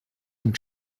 dem